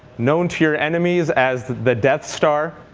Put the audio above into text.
known to your enemies as the death star,